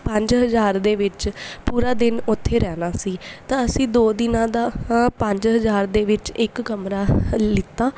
ਪੰਜ ਹਜ਼ਾਰ ਦੇ ਵਿੱਚ ਪੂਰਾ ਦਿਨ ਉੱਥੇ ਰਹਿਣਾ ਸੀ ਤਾਂ ਅਸੀਂ ਦੋ ਦਿਨਾਂ ਦਾ ਹਾਂ ਪੰਜ ਹਜ਼ਾਰ ਦੇ ਵਿੱਚ ਇੱਕ ਕਮਰਾ ਲਿੱਤਾ